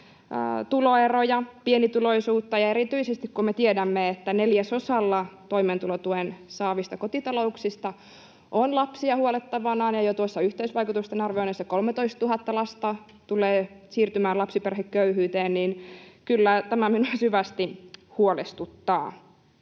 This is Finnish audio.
tuloeroja, pienituloisuutta, ja erityisesti kun me tiedämme, että neljäsosalla toimeentulotukea saavista kotitalouksista on lapsia huollettavanaan ja jo tuossa yhteisvaikutusten arvioinnissa 13 000 lasta tulee siirtymään lapsiperheköyhyyteen, niin kyllä tämä minua syvästi huolestuttaa.